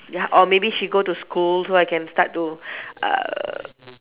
ya or maybe she go to school so I can start to uh